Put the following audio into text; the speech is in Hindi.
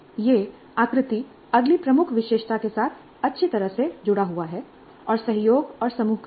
यह आकृति अगली प्रमुख विशेषता के साथ अच्छी तरह से जुड़ा हुआ है जो सहयोग और समूह कार्य है